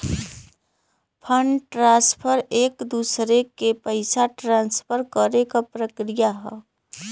fund transfer एक दूसरे के पइसा ट्रांसफर करे क प्रक्रिया हौ